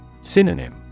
Synonym